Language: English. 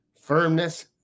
firmness